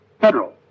Federal